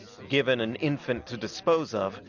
given an infant to dispose of,